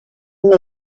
mais